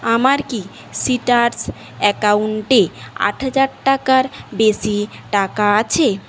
আমার কি সিট্রাস অ্যাকাউন্টে আট হাজার টাকার বেশি টাকা আছে